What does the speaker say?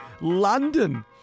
London